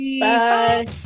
Bye